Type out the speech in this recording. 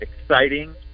exciting